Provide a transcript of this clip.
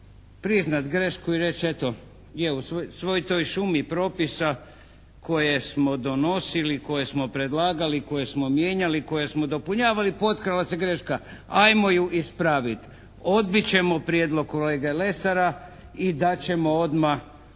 priznat grešku i reći eto, je u svoj toj šumi propisa koje smo donosili, koje smo predlagali, koje smo mijenjali, koje smo dopunjavali potkrala se greška, ajmo ju ispraviti, odbit ćemo prijedlog kolege Lesara i dat ćemo odmah